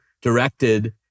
directed